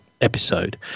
episode